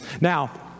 Now